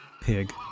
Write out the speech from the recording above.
pig